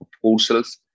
proposals